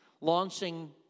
Launching